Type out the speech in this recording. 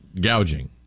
gouging